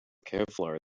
kevlar